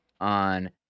on